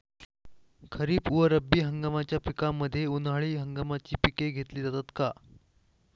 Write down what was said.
खरीप व रब्बी हंगामाच्या मध्ये उन्हाळी हंगामाची पिके घेतली जातात का?